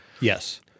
Yes